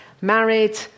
married